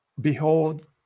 behold